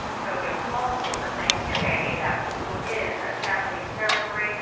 tokyo falsely claims today that dokdo is japanese territory.